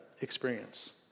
experience